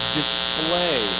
display